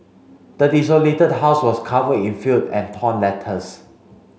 the desolated house was covered in filth and torn letters